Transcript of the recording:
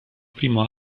primo